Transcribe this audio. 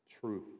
truth